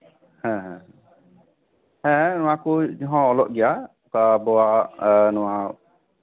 ᱦᱮᱸ ᱦᱮᱸ ᱦᱮᱸ ᱱᱚᱣᱟ ᱠᱩᱡ ᱦᱚᱸ ᱚᱞᱚᱜ ᱜᱮᱭᱟ ᱟᱵᱚᱣᱟᱜ ᱱᱚᱣᱟ